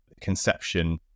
conception